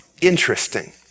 interesting